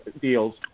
deals